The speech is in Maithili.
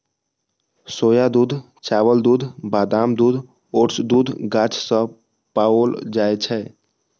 सोया दूध, चावल दूध, बादाम दूध, ओट्स दूध गाछ सं पाओल जाए छै